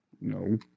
No